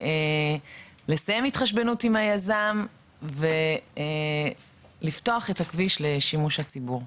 לסיים התחשבנות עם היזם ולפתוח את הכביש לשימוש לציבור.